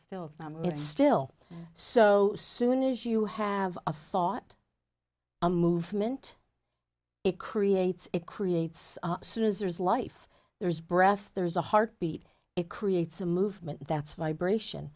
still it's still so soon as you have a thought a movement it creates it creates students there's life there's breath there's a heartbeat it creates a movement that's vibration